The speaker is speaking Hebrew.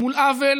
מול עוול